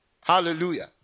Hallelujah